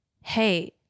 hey